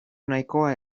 nahikoa